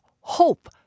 hope